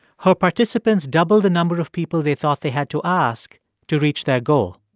her participants doubled the number of people they thought they had to ask to reach their goal.